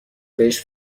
بهش